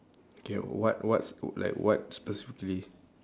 okay what what's like what specifically